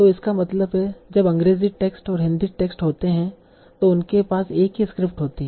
तो इसका मतलब है जब अंग्रेजी टेक्स्ट और हिंदी टेक्स्ट होते हैं तो उनके पास एक ही स्क्रिप्ट होती है